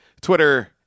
Twitter